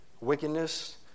wickedness